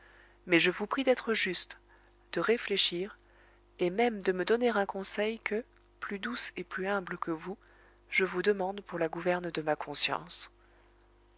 mais je vous prie d'être juste de réfléchir et même de me donner un conseil que plus douce et plus humble que vous je vous demande pour la gouverne de ma conscience